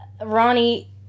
Ronnie